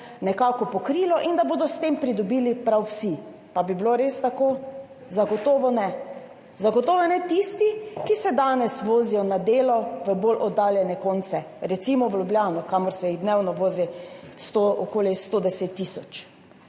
nekako pokrilo in da bodo s tem pridobili prav vsi. Pa bi bilo res tako? Zagotovo ne. Zagotovo ne [bi pridobili] tisti, ki se danes vozijo na delo v bolj oddaljene konce, recimo v Ljubljano, kamor se jih dnevno vozi okoli sto